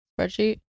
spreadsheet